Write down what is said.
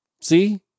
See